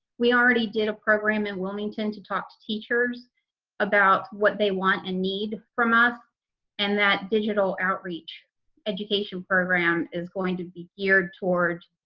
we already did a program in wilmington to talk to teachers about what they want and need from us and that digital outreach education program is going to be geared toward